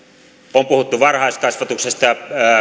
puhuttu varhaiskasvatuksesta ja